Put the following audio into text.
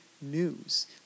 news